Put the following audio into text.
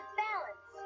balance